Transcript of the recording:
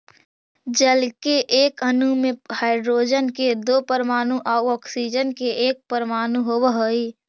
जल के एक अणु में हाइड्रोजन के दो परमाणु आउ ऑक्सीजन के एक परमाणु होवऽ हई